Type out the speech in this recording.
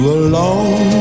alone